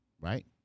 right